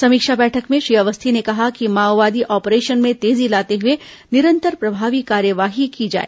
समीक्षा बैठक में श्री अवस्थी ने कहा कि माओवादी ऑपरेशन में तेजी लाते हुए निरंतर प्रभावी कार्यवाही की जाए